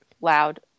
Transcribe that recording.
loud